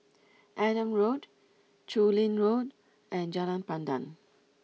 Adam Road Chu Lin Road and Jalan Pandan